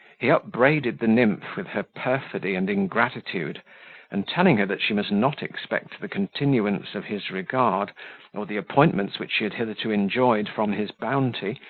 he upbraided the nymph with her perfidy and ingratitude and telling her that she must not expect the continuance of his regard, or the appointments which she had hitherto enjoyed from his bounty,